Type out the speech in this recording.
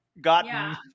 got